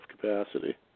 capacity